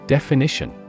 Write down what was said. Definition